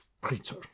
creature